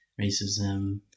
racism